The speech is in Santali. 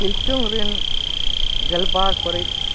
ᱯᱤᱞᱪᱩ ᱨᱮᱱ ᱜᱮᱞᱵᱟᱨ ᱯᱟᱹᱨᱤᱥ